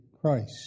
Christ